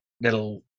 that'll